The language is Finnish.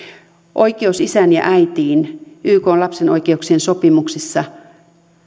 oikeus isään ja äitiin ykn lapsen oikeuksien sopimuksessa